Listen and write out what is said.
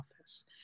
office